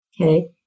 Okay